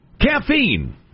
Caffeine